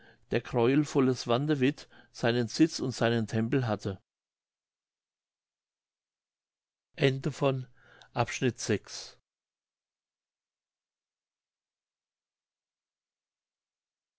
der gräuelvolle swantewit seinen sitz und seinen tempel hatte